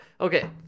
okay